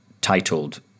titled